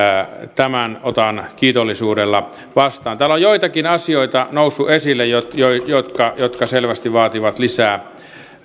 tämän otan kiitollisuudella vastaan täällä on joitakin asioita noussut esille jotka jotka selvästi vaativat lisää